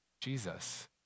Jesus